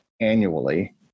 annually